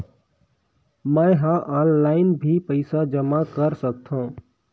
मैं ह ऑनलाइन भी पइसा जमा कर सकथौं?